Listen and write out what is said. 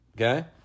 Okay